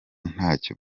ntacyo